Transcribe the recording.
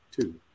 two